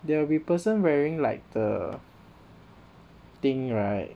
there will be person wearing like the thing [right]